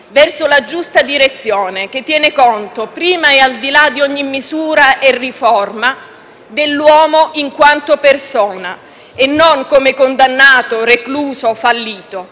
verso la giusta direzione, che tiene conto, prima e al di là di ogni misura e riforma, dell'uomo in quanto persona e non come condannato, recluso o fallito